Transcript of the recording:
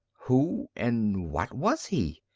who and what was he?